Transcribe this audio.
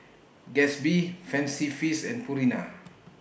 Gatsby Fancy Feast and Purina